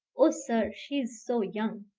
oh, sir, she's so young!